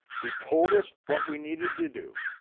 who told us what we needed to do,